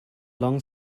long